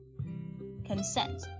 consent